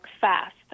fast